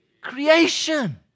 creation